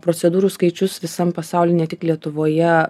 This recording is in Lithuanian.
procedūrų skaičius visam pasauly ne tik lietuvoje